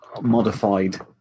modified